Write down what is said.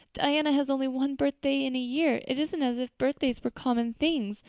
diana has only one birthday in a year. it isn't as if birthdays were common things,